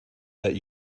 that